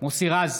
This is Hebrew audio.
מוסי רז,